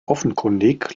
offenkundig